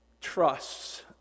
trusts